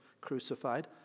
crucified